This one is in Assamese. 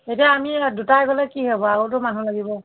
এতিয়া আমি দুটাই গ'লে কি হ'ব আৰুতো মানুহ লাগিব